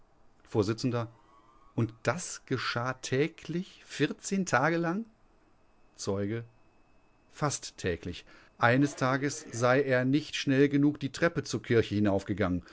vors und das geschah täglich tage lang zeuge fast täglich eines tages sei er nicht schnell genug die treppe zur kirche